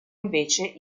invece